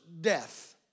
death